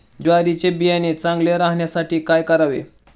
ज्वारीचे बियाणे चांगले राहण्यासाठी काय करावे?